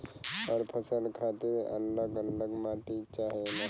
हर फसल खातिर अल्लग अल्लग माटी चाहेला